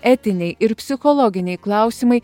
etiniai ir psichologiniai klausimai